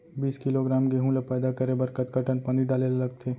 बीस किलोग्राम गेहूँ ल पैदा करे बर कतका टन पानी डाले ल लगथे?